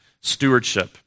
stewardship